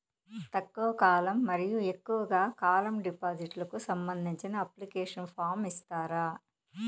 తక్కువ కాలం మరియు ఎక్కువగా కాలం డిపాజిట్లు కు సంబంధించిన అప్లికేషన్ ఫార్మ్ ఇస్తారా?